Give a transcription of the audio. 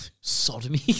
sodomy